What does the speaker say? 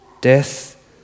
Death